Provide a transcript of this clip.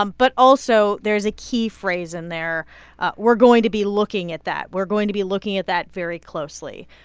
um but also, there is a key phrase in there we're going to be looking at that. we're going to be looking at that very closely.